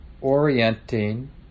orienting